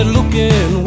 looking